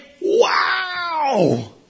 wow